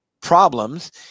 problems